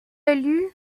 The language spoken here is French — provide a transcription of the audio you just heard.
élu